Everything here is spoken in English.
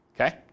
Okay